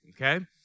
okay